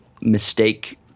mistake